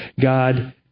God